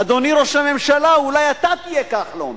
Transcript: אדוני ראש הממשלה, אולי אתה תהיה כחלון,